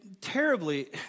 terribly